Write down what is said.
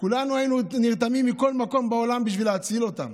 כולנו היינו נרתמים מכל מקום בעולם בשביל להציל אותם.